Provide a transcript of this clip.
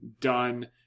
done